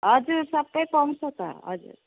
हजुर सबै पाउँछ त हजुर